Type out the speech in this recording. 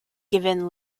given